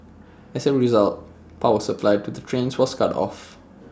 as A result power supply to the trains was cut off